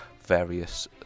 various